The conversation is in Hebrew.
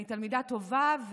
אני תלמידה טובה.